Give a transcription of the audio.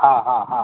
હા હા હા